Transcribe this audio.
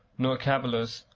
no caballers,